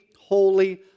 holy